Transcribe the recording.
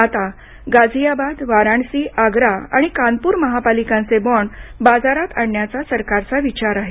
आता गाझियाबाद वाराणसी आग्रा आणि कानपूर महापालिकांचे बॉन्ड बाजारात आणण्याचा सरकारचा विचार आहे